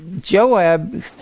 Joab